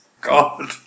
God